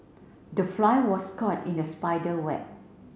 the fly was caught in the spider web